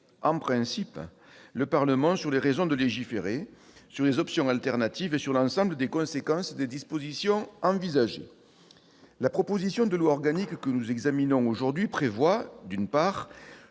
à éclairer le Parlement sur les raisons de légiférer, sur les options alternatives et sur l'ensemble des conséquences des dispositions envisagées. La proposition de loi organique que nous examinons aujourd'hui prévoit, d'une part,